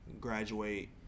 Graduate